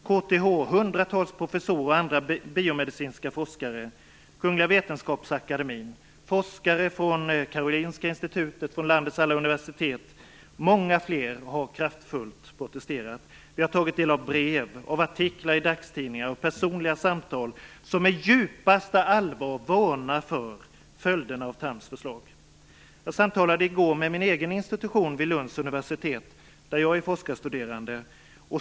KTH, hundratals professorer och andra biomedicinska forskare, Kungliga vetenskapsakademien, forskare vid Karolinska institutet och landets alla universitet och många flera har kraftfullt protesterat. Vi har tagit del av brev och artiklar i dagstidningar och personliga samtal där man med djupaste allvar varnar för följderna av Thams förslag. Jag samtalade i går med min egen institution vid Lunds universitet där jag är forskarstuderande.